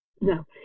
No